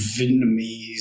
Vietnamese